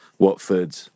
Watford